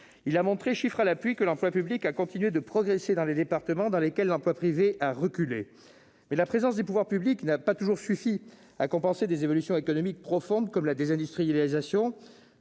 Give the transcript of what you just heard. Il a montré, chiffres à l'appui, que l'emploi public a continué de progresser dans les départements dans lesquels l'emploi privé a reculé. Mais la présence des pouvoirs publics n'a pas toujours suffi à compenser des évolutions économiques profondes, comme la désindustrialisation.